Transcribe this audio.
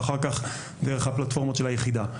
ואחר כך דרך הפלטפורמות של היחידה.